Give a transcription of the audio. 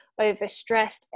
overstressed